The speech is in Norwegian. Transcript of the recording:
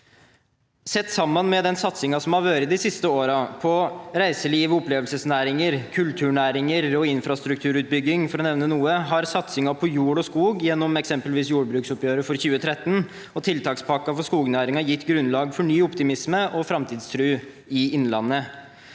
Sett sammen med den satsingen som har vært de siste årene på reiseliv og opplevelsesnæringer, kulturnæringer og infrastrukturutbygging, for å nevne noe, har satsingen på jord og skog – eksempelvis gjennom jordbruksoppgjøret for 2013 og tiltakspakken for skognæringen – gitt grunnlag for ny optimisme og framtidstro i innlandet.